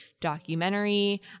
documentary